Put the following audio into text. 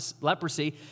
leprosy